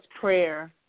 prayer